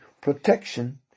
Protection